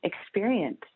experience